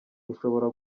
rushobora